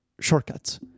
shortcuts